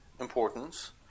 importance